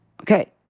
okay